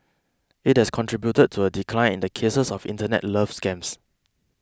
it has contributed to a decline in the cases of internet love scams